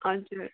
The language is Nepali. हजुर